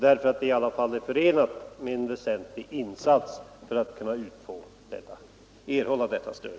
Det är i alla fall förenat med en väsentlig insats att erhålla detta stöd.